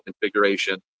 configuration